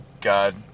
god